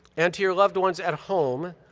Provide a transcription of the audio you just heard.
and to your loved ones at home,